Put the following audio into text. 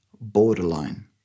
borderline